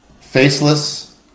faceless